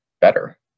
better